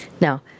Now